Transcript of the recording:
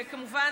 וכמובן,